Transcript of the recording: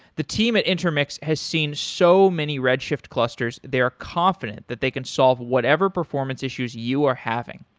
the team at intermix has seen so many redshift clusters they are confident that they can solve whatever performance issues you are having.